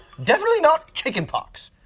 definitely not chicken pox,